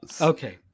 Okay